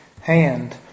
hand